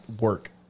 work